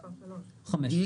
מספר 3. מקום 5 מתוך --- רגע,